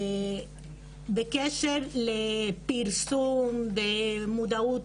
לעניין הפרסום והמודעות,